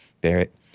Barrett